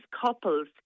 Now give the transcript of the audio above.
couples